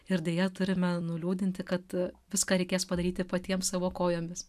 ir deja turime nuliūdinti kad viską reikės padaryti patiems savo kojomis